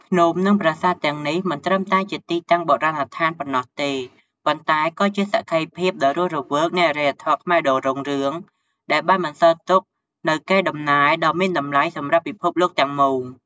ភ្នំ និងប្រាសាទទាំងនេះមិនត្រឹមតែជាទីតាំងបុរាណដ្ឋានប៉ុណ្ណោះទេ ប៉ុន្តែក៏ជាសក្ខីភាពដ៏រស់រវើកនៃអរិយធម៌ខ្មែរដ៏រុងរឿងដែលបានបន្សល់ទុកនូវកេរដំណែលដ៏មានតម្លៃសម្រាប់ពិភពលោកទាំងមូល។